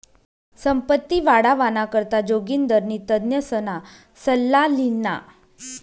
संपत्ती वाढावाना करता जोगिंदरनी तज्ञसना सल्ला ल्हिना